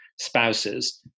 spouses